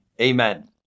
amen